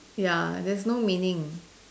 ya there's no meaning